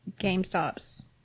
GameStop's